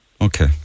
Okay